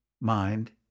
mind